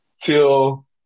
till